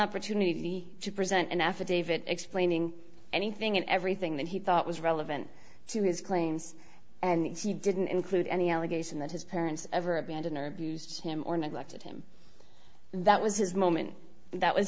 opportunity to present an affidavit explaining anything and everything that he thought was relevant to his claims and he didn't include any allegation that his parents ever abandon or abused him or neglected him that was his moment that was